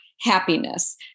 happiness